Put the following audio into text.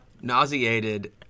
Nauseated